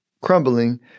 crumbling